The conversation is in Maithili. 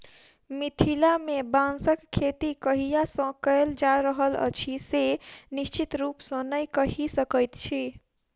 मिथिला मे बाँसक खेती कहिया सॅ कयल जा रहल अछि से निश्चित रूपसॅ नै कहि सकैत छी